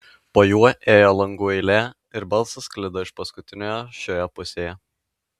po juo ėjo langų eilė ir balsas sklido iš paskutiniojo šioje pusėje